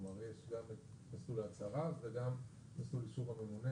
כלומר יש גם את מסלול ההצהרה וגם את מסלול אישור הממונה.